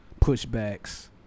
pushbacks